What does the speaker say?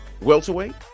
welterweight